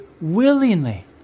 willingly